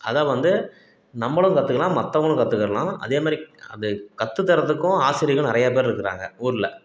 அதை வந்து நம்மளும் கற்றுக்கலாம் மற்றவுங்களும் கத்துக்கிடலாம் அதே மாரி அதை கற்றுத் தரதுக்கும் ஆசிரியர்கள் நிறைய பேர் இருக்கிறாங்க ஊரில்